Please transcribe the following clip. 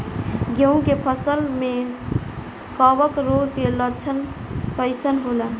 गेहूं के फसल में कवक रोग के लक्षण कइसन होला?